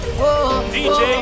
dj